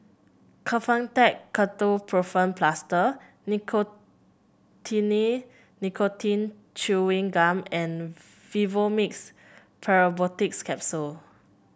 Kefentech Ketoprofen Plaster Nicotinell Nicotine Chewing Gum and Vivomixx Probiotics Capsule